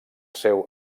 seu